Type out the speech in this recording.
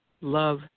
love